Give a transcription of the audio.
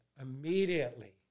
immediately